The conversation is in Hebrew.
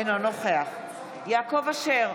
אינו נוכח יעקב אשר,